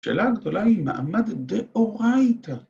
‫השאלה הגדולה היא מעמד דאורייתא.